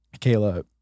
kayla